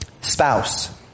Spouse